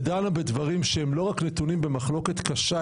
ודנה בדברים שהם לא רק נתונים במחלוקת קשה,